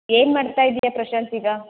ಏನು ಮಾಡ್ತಾಯಿದ್ದಿ ಪ್ರಶಾಂತ್ ಈಗ